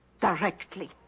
directly